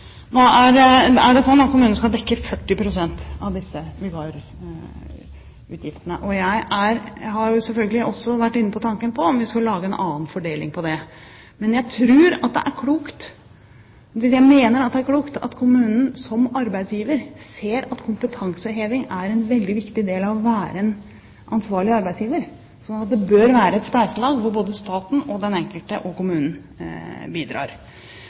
skal dekke 40 pst. av disse vikarutgiftene, og jeg har jo selvfølgelig også vært inne på tanken om vi skulle lage en annen fordeling på det. Men jeg mener det er klokt at kommunen som arbeidsgiver ser at kompetanseheving er en veldig viktig del av å være en ansvarlig arbeidsgiver. Det bør være et spleiselag hvor både staten, den enkelte og kommunen bidrar.